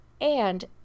And-